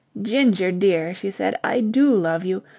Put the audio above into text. ginger, dear, she said, i do love you.